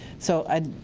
so i,